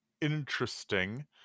interesting